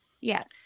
Yes